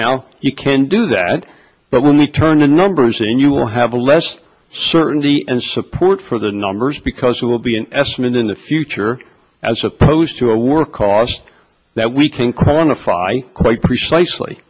now you can do that but when you turn the numbers in you will have less certainty and support for the numbers because it will be an estimate in the future as a close to a work cost that we can quantify quite precisely